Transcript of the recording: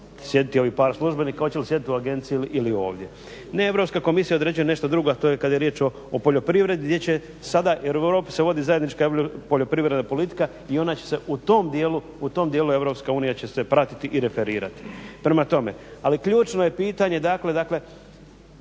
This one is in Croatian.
sjediti ovih par službenika, hoće li sjediti u agenciji ili ovdje. Ne Europska komisija određuje nešto drugo a to je kada je riječ o poljoprivredi gdje će sada jer u Europi se vodi zajednička poljoprivredna politika i ona će se u tom djelu, u tom djelu EU će se pratiti i referirati. Prema tome, ali ključno je pitanje dakle